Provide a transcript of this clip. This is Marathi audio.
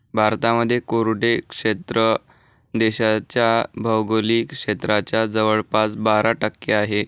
भारतामध्ये कोरडे क्षेत्र देशाच्या भौगोलिक क्षेत्राच्या जवळपास बारा टक्के आहे